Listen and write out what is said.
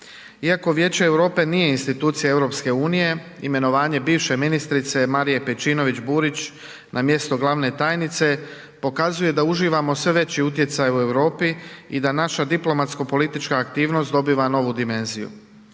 Iako Vijeće Europe nije institucija EU imenovanje bivše ministrice Marije Pejčinović Burić na mjesto glavne tajnice pokazuje da uživamo sve veći utjecaj u Europi i da naša diplomatsko politička aktivnost dobiva novu dimenziju.